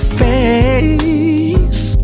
face